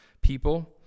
people